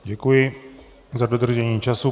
Děkuji za dodržení času.